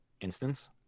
instance